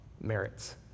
merits